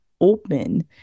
open